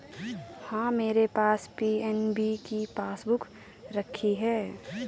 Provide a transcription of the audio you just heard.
हाँ, मेरे पास पी.एन.बी की पासबुक रखी है